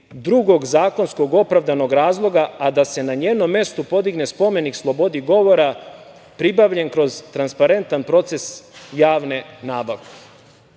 drugog zakonsko opravdanog razloga, a da se na njenom mestu podigne spomenik slobodi govora pribavljen kroz transparentan proces javne nabavke?